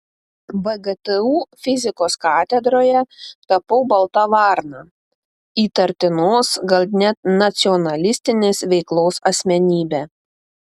vgtu fizikos katedroje tapau balta varna įtartinos gal net nacionalistinės veiklos asmenybe